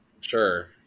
Sure